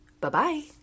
Bye-bye